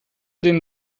den